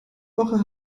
woche